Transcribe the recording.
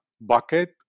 bucket